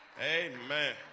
Amen